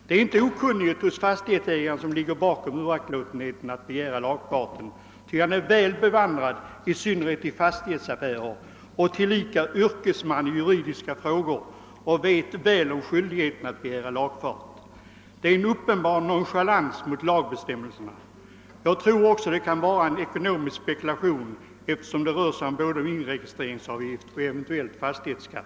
Det är inte okunnighet hos fastighetsägaren som ligger bakom uraktlåtenheten att begära lagfart, ty han är väl bevandrad i fastighetsaffärer och tillika yrkesman i juridiska frågor och känner väl till skyldigheten att begära lagfart. Det är en uppenbar nonchalans mot lagbestämmelserna. Det kan också vara fråga om en ekonomisk spekulation eftersom det rör sig om både inregistreringsavgift och eventuellt fastighetsskatt.